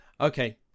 Okay